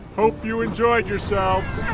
hope you enjoyed yourselves